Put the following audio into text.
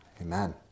Amen